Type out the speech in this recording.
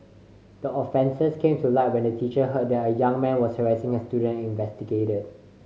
the offences came to light when a teacher heard that a young man was harassing her students and investigated